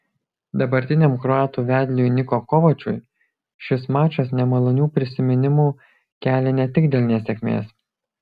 dabartiniam kroatų vedliui niko kovačui šis mačas nemalonių prisiminimų kelia ne tik dėl nesėkmės